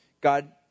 God